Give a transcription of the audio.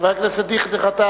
בממשלה בכותרת